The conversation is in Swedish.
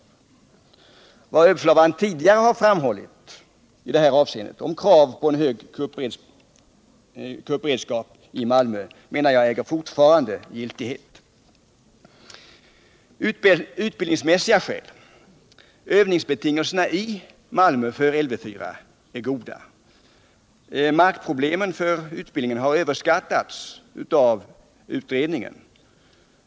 Vad överbefälhavaren tidigare har framhållit om krav på ett kuppförsvarsförband i Malmö äger, menar jag, fortfarande giltighet. När det gäller utbildningsmässiga skäl är övningsbetingelserna för Lv 4 i Malmö goda. Markproblemen för utbildningen har överskattats av utredningen.